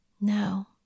No